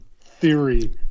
theory